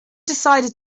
decided